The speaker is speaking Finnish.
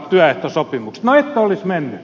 no ette olisi menneet